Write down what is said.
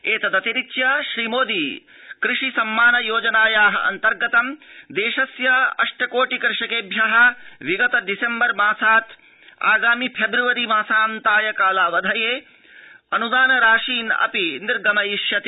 एतदतिरिच्य श्रीमोदी कृषि सम्मान योजनानाया अन्तर्गत देशस्य अष्ट कोटि कृषकेभ्यः विगत डिसेम्बर मासात् आगामि फेब्र्अरी मासान्ताय कालावधये अनुदान राशीन् अपि निर्गमयिष्यति